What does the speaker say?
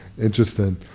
interesting